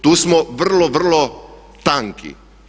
Tu smo vrlo, vrlo tanki.